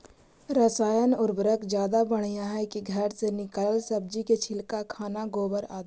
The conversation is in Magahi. रासायन उर्वरक ज्यादा बढ़िया हैं कि घर से निकलल सब्जी के छिलका, खाना, गोबर, आदि?